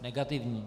Negativní.